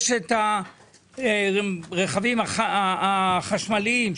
יש את הרכבים החשמליים,